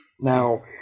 Now